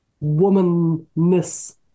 woman-ness